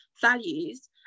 values